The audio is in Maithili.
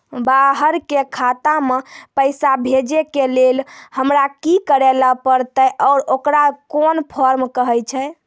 बाहर के खाता मे पैसा भेजै के लेल हमरा की करै ला परतै आ ओकरा कुन फॉर्म कहैय छै?